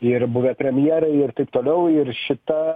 ir buvę premjerai ir taip toliau ir šita